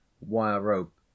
wire-rope